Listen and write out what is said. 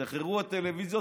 השתחררו הטלוויזיות,